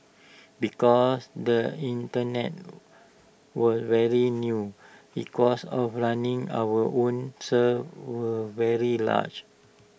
because the Internet was very new he cost of running our own servers very large